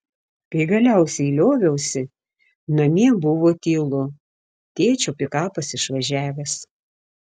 kai galiausiai lioviausi namie buvo tylu tėčio pikapas išvažiavęs